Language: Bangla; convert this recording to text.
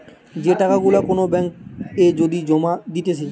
যে টাকা গুলা কোন ব্যাঙ্ক এ যদি জমা দিতেছে